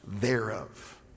thereof